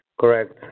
Correct